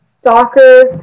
stalkers